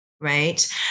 right